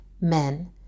Men